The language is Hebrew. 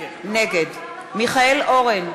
נגד מיכאל אורן,